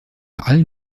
allen